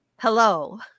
Hello